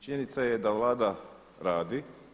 Činjenica je da Vlada radi.